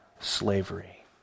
slavery